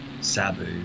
Sabu